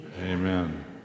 amen